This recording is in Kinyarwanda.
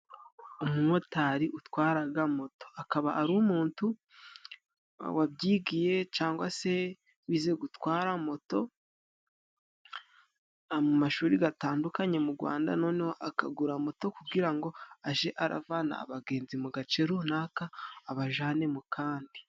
Umumotari utwaraga moto akaba ari umuntu wabyigiye cane se bize gutwara moto, amashuri gatandukanye mu Rwanda, noneho akagura moto kugira ngo aje aravana abagenzi mu gace runaka abaje mu kandi.